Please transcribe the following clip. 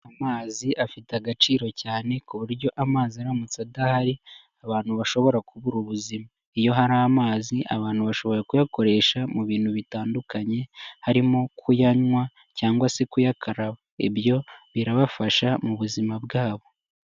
Amazi afite agaciro cyane ku buryo amazi aramutse adahari, abantu bashobora kubura ubuzima, iyo hari amazi abantu bashobora kuyakoresha mu bintu bitandukanye, harimo kuyanywa cyangwa se kuyakaraba, ibyo birabafasha mu buzima bwabo.